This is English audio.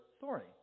thorny